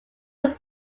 were